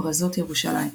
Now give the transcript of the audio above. "פרזות ירושלים".